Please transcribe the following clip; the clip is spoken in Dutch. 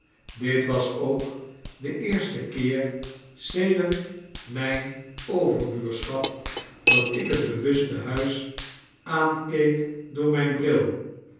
dit was ook de eerste keer sedert myn overbuurschap dat ik het bewuste huis aankeek door myn bril